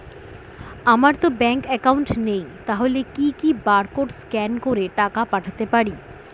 আমারতো bank account নেই তাহলে কি কি বারকোড স্ক্যান করে টাকা পাঠাতে পারি?